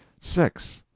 six.